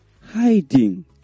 hiding